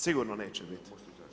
Sigurno neće biti.